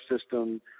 system